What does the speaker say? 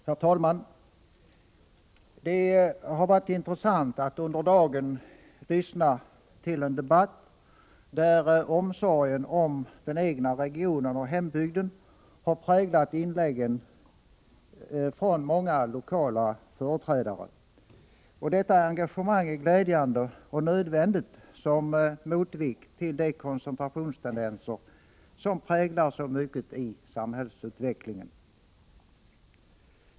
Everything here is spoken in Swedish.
Herr talman! Det har varit intressant att under dagen lyssna till en debatt där omsorgen om den egna regionen och hembygden har präglat inläggen från många lokala företrädare. Detta engagemang är glädjande och nödvändigt som motvikt till de koncentrationstendenser som karakteriserar så mycket i samhällsutvecklingen.